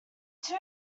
two